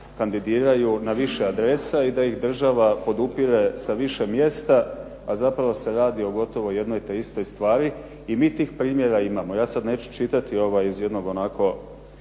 kandidiraju na više adresa i da ih država podupire sa više mjesta, a zapravo se radi o gotovo jednoj te istoj stvari. I mi tih primjera imamo. Ja sada neću čitati iz ovako